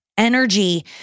Energy